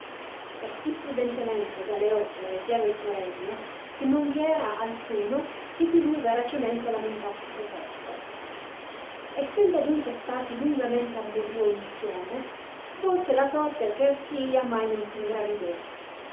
e sì prudentemente galeotto reggeva il suo regno che non vi era alcuno che di lui veracemente lamentar si potesse essendo adunque stati lungamente ambeduo insieme volse la sorte che ersilia mai non s ingravidò